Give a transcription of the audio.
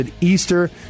Easter